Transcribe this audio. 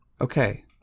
Okay